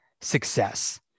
success